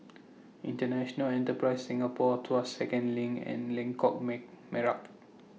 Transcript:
International Enterprise Singapore Tuas Second LINK and Lengkok May Merak